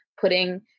putting